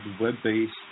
web-based